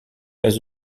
pas